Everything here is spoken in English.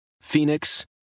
Phoenix